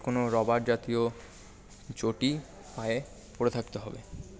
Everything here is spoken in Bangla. কোনো রবার জাতীয় চটি পায় পরে থাকতে হবে